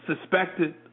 suspected